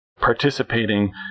participating